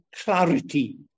clarity